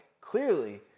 clearly